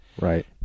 Right